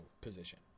position